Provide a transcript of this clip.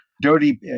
dirty